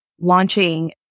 launching